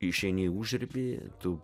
išeini į užribį tu